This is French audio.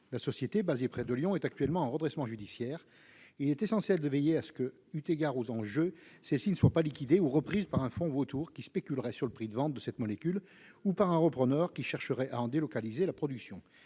La société, installée près de Lyon, est actuellement en redressement judiciaire. Il est essentiel de veiller, eu égard aux enjeux, à ce qu'elle ne soit pas liquidée ou reprise par un fonds vautour qui spéculerait sur le prix de vente de cette molécule ou par un repreneur qui chercherait à en délocaliser la production.